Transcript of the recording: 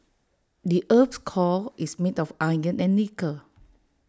the Earth's core is made of iron and nickel